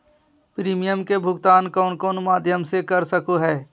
Premium के भुक्तान कौन कौन माध्यम से कर सको है?